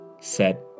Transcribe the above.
set